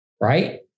Right